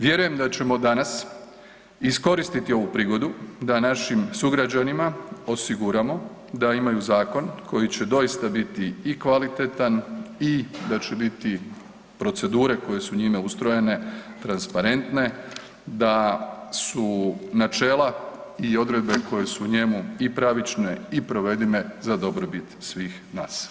Vjerujem da ćemo danas iskoristi ovu prigodu da našim sugrađanima osiguramo da imaju zakon koji će doista biti i kvalitetan i da će biti procedure koje su njime ustrojene transparentne, da su načela i odredbe koje su u njemu i pravične i provedive za dobrobit svih nas.